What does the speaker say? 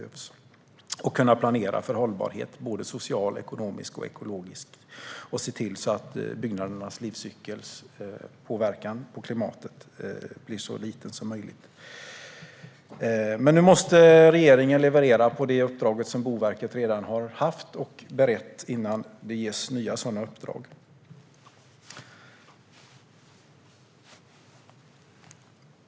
Jag ser gärna en tävlan även i att kunna planera för hållbarhet, såväl social och ekonomisk som ekologisk, och att se till att byggnadernas livscykels påverkan på klimatet blir så liten som möjligt. Nu måste dock regeringen leverera i det uppdrag Boverket redan har haft och berett, innan det ges sådana uppdrag.